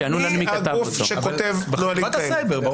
מי הגוף שכותב נהלים כאלה?